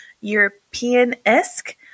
european-esque